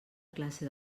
classe